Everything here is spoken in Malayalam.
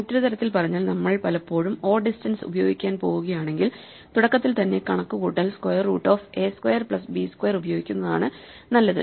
മറ്റൊരു തരത്തിൽ പറഞ്ഞാൽ നമ്മൾ പലപ്പോഴും o ഡിസ്റ്റൻസ് ഉപയോഗിക്കാൻ പോകുകയാണെങ്കിൽ തുടക്കത്തിൽ തന്നെ കണക്കുകൂട്ടൽ square root of A square plus B square ഉപയോഗിക്കുന്നതാണ് നല്ലത്